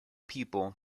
people